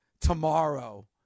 tomorrow